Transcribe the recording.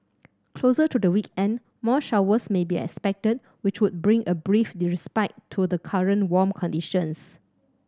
closer to the weekend more showers may be expected which would bring a brief respite to the current warm conditions